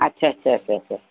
अच्छा अच्छा अच्छा अच्छा